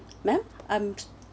ma'am I'm